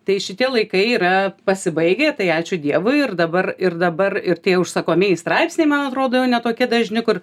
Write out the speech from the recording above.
tai šitie laikai yra pasibaigę tai ačiū dievui ir dabar ir dabar ir tie užsakomieji straipsniai man atrodo jau ne tokie dažni kur